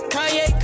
Kanye